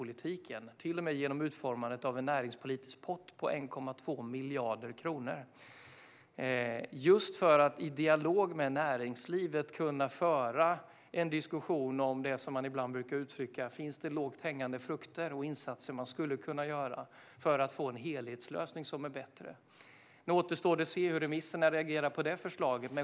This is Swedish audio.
Man har till och med utformat en näringspolitisk pott på 1,2 miljarder kronor - detta just för att man med näringslivet ska kunna föra en diskussion om huruvida det finns lågt hängande frukter och insatser man skulle kunna göra för att få en bättre helhetslösning. Nu återstår det att se hur remissinstanserna reagerar på förslaget.